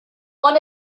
one